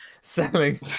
Selling